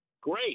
Great